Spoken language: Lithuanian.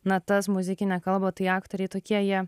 natas muzikinę kalbą tai aktoriai tokie jie